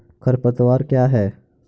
खरपतवार क्या है?